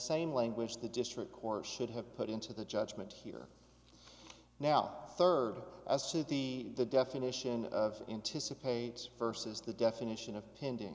same language the district court should have put into the judgment here now third of a city the definition of anticipation versus the definition of pending